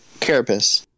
carapace